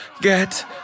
get